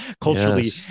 culturally